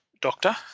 doctor